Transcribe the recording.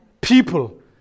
People